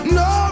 no